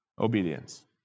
obedience